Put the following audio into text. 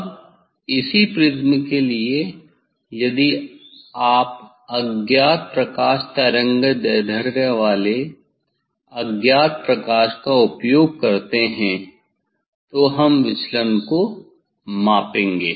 अब इसी प्रिज्म के लिए यदि आप अज्ञात प्रकाश तरंगदैर्ध्य वाले अज्ञात प्रकाश का उपयोग करते हैं तो हम विचलन को मापेंगे